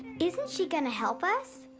isn't she gonna to help us?